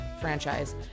franchise